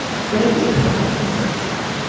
but i think a couple of things are clear.